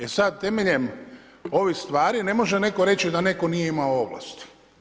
E sada, temeljem ovih stvari ne može netko reći da netko nije imao ovlasti.